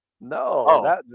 No